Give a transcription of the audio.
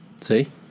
See